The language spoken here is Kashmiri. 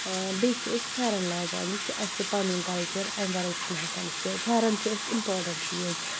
بیٚیہِ چھِ أسۍ پھیرَن لاگان یہِ چھُ اَسہِ پَنُن کَلچَر امہِ وَرٲے چھِ نہٕ ہیٚکان أسۍ کیا پھیٚرَن چھُ اَسہِ اِمپاٹَنٛٹ چیٖز